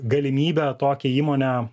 galimybę tokią įmonę